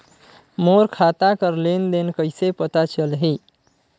मोर खाता कर लेन देन कइसे पता चलही?